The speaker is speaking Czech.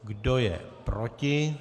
Kdo je proti?